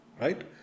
Right